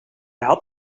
had